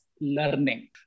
learning